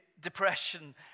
depression